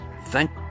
thank